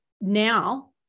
now